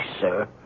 sir